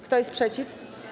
Kto jest przeciw?